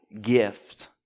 gift